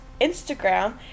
Instagram